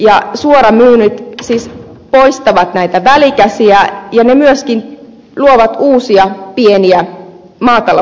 ruokapiirit ja suoramyynnit siis poistavat välikäsiä ja ne myöskin luovat uusia pieniä maatalousyrittäjiä